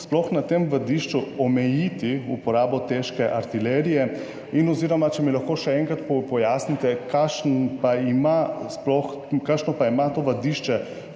možno na tem vadišču omejiti uporabo težke artilerije? Oziroma če mi lahko še enkrat pojasnite: Kako pomembno pa je to vadišče